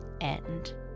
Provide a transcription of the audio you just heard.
end